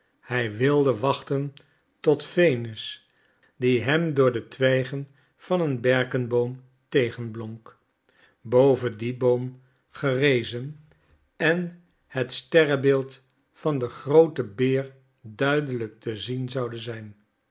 hij wilde wachten tot venus die hem door de twijgen van een berkenboom tegenblonk boven dien boom gerezen en het sterrebeeld van den grooten beer duidelijk te zien zoude zijn